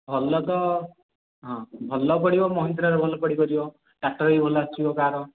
ଭଲ ତ ହଁ ଭଲ ପଡ଼ିବ ମହିନ୍ଦ୍ରାର ଭଲ ପଡ଼ିପାରିବ ଟାଟାର ବି ଭଲ ଆସିବ କାର୍